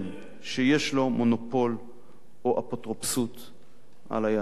שיש לו מונופול או אפוטרופסות על היהדות.